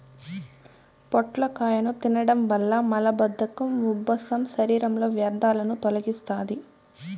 పొట్లకాయను తినడం వల్ల మలబద్ధకం, ఉబ్బసం, శరీరంలో వ్యర్థాలను తొలగిస్తాది